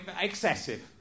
excessive